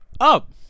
up